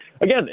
again